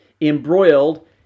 embroiled